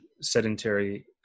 sedentary